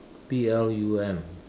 P L U M